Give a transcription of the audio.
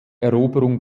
eroberung